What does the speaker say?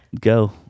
Go